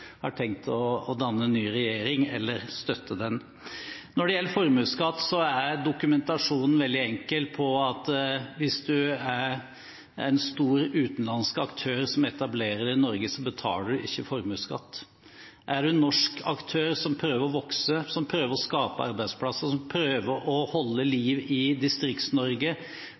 har tenkt å danne ny regjering, eller støtte den. Når det gjelder formuesskatt, er dokumentasjonen veldig enkel. Hvis du er en stor utenlandsk aktør som etablerer deg i Norge, betaler du ikke formuesskatt. Er du en norsk aktør som prøver å vokse, som prøver å skape arbeidsplasser, som prøver å holde liv i